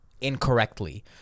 incorrectly